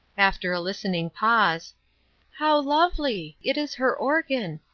after a listening pause how lovely! it is her organ.